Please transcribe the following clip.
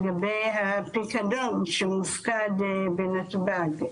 לגבי הפיקדון שמופקד בנתב"ג,